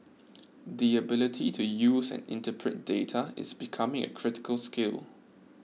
the ability to use and interpret data is becoming a critical skill